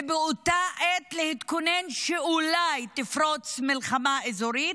ובאותה עת על להתכונן שאולי תפרוץ מלחמה אזורית,